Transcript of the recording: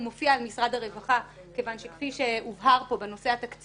הוא מופיע על משרד הרווחה כיוון שכפי שהובהר פה בנושא התקציבי